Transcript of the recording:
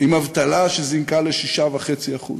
עם אבטלה שזינקה ל-6.5%,